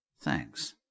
Thanks